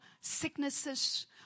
sicknesses